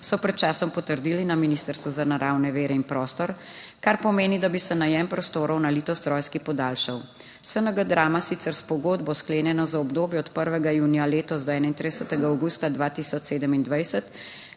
so pred časom potrdili na ministrstvu za naravne vire in prostor, kar pomeni, da bi se najem prostorov na Litostrojski podaljšal. SNG Drama sicer s pogodbo, sklenjeno za obdobje od 1. junija letos do 31. avgusta 2027,